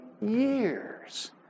years